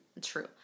True